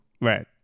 right